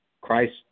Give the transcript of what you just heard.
Christ